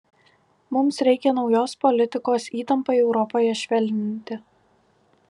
mums reikia naujos politikos įtampai europoje švelninti